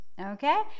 Okay